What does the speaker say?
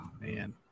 man